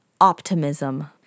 optimism